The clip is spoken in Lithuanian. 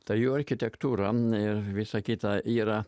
tai jo architektūra ir visa kita yra